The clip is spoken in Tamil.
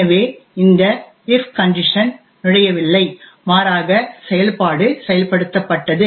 எனவே இந்த if கண்டிஷன் நுழையவில்லை மாறாக செயல்பாடு செயல்படுத்தப்பட்டது